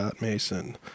Mason